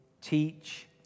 teach